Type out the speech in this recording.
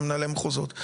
גם מנהלי מחוזות,